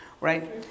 right